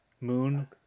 Moon